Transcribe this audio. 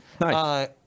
Nice